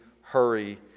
hurry